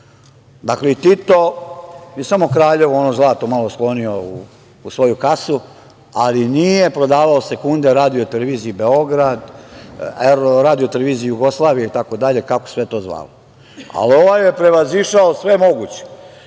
Dakle, i Tito je samo u Kraljevo ono zlato malo sklonio u svoju kasu, ali nije prodavao sekunde Radio televiziji Beograd, Radio televiziji Jugoslavije itd, kako se to zvalo. Ali, ovaj je prevazišao sve moguće,